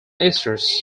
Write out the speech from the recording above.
esters